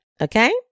Okay